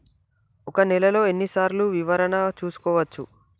ఒక నెలలో ఎన్ని సార్లు వివరణ చూసుకోవచ్చు?